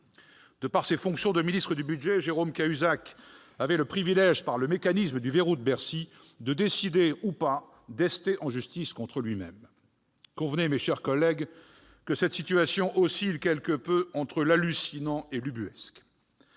de ses fonctions de ministre délégué au budget, Jérôme Cahuzac avait le privilège, par le mécanisme du « verrou de Bercy », de décider ou pas d'ester en justice contre lui-même. Convenez, mes chers collègues, que cette situation oscille quelque peu entre l'hallucinant et l'ubuesque